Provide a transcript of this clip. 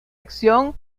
acción